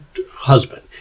husband